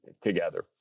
together